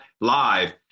live